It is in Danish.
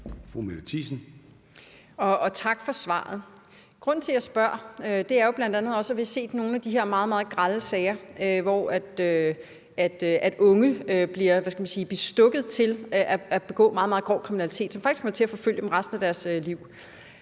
Mette Thiesen (DF): Tak for svaret. Grunden til, jeg spørger, er jo bl.a. også, at vi har set nogle af de her meget, meget grelle sager, hvor unge bliver, hvad skal man sige, bestukket til at begå meget, meget grov kriminalitet, som faktisk kommer til at forfølge dem resten af deres liv.